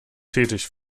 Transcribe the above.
tätig